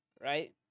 right